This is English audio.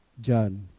John